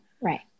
Right